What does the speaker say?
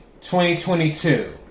2022